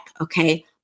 Okay